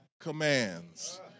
commands